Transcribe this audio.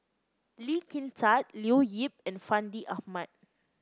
Lee Kin Tat Leo Yip and Fandi Ahmad